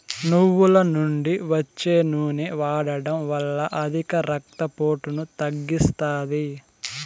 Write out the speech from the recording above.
నువ్వుల నుండి వచ్చే నూనె వాడడం వల్ల అధిక రక్త పోటును తగ్గిస్తాది